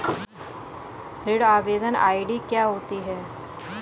ऋण आवेदन आई.डी क्या होती है?